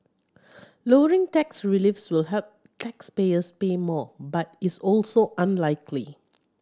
lowering tax reliefs will have taxpayers pay more but is also unlikely